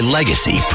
Legacy